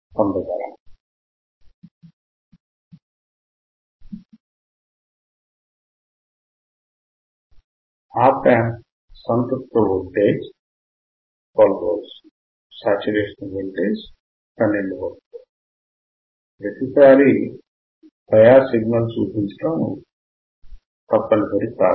ఆప్ amp సంతృప్త voltage 12 వోల్టులు ప్రతిసారి బయాస్ సిగ్నల్ చూపించడం తప్పనిసరి కాదు